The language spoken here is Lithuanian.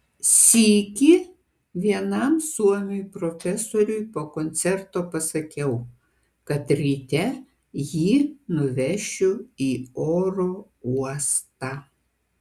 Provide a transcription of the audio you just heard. sykį vienam suomiui profesoriui po koncerto pasakiau kad ryte jį nuvešiu į oro uostą